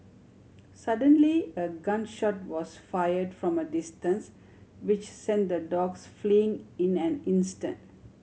suddenly a gun shot was fire from a distance which sent the dogs fleeing in an instant